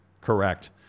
Correct